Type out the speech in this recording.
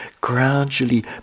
gradually